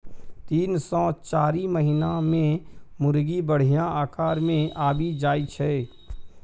तीन सँ चारि महीना मे मुरगी बढ़िया आकार मे आबि जाइ छै